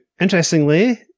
interestingly